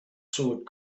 sword